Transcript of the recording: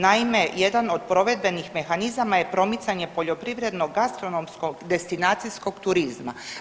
Naime, jedan od provedbenih mehanizama je promicanje poljoprivrednog gastronomskog destinacijskog turizma.